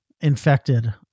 infected